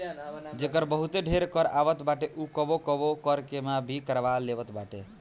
जेकर बहुते ढेर कर आवत बाटे उ कबो कबो कर के माफ़ भी करवा लेवत बाटे